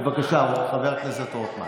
בבקשה, חבר הכנסת רוטמן.